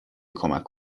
کمک